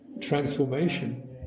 transformation